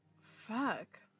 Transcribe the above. Fuck